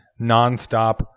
nonstop